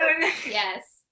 Yes